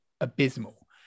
abysmal